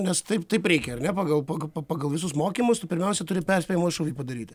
nes taip taip reikia ar ne pagal pagal visus mokymus tu pirmiausia turi perspėjimo šūvį padaryti